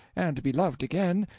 and to be loved again,